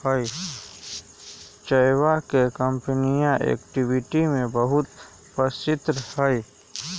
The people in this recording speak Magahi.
चयवा के कंपनीया एक्टिविटी भी बहुत प्रसिद्ध हई